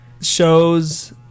shows